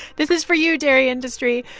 this is for you, dairy industry.